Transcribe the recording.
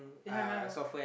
ya ya